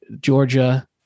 Georgia